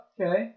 Okay